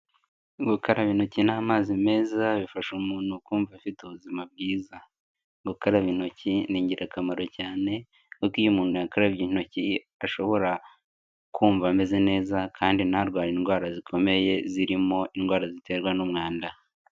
Gukaraba intoki n'amazi meza, bifasha umuntu kumva afite ubuzima bwiza. Gukaraba intoki ni ingirakamaro cyane kuko iyo umuntu yakarabye intoki ashobora kumva ameze neza kandi ntarware indwara zikomeye zirimo indwara ziterwa n'umwanda.